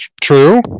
True